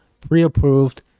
pre-approved